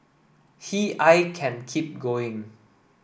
he I can keep going